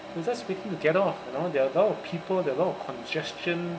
we were just waiting to get off you know there were a lot of people there were a lot of congestion